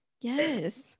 Yes